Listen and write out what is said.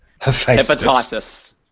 Hepatitis